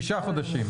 שישה חודשים.